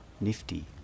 Nifty